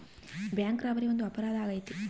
bank robbery ಒಂದು ಅಪರಾಧ ಆಗೈತೆ